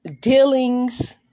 dealings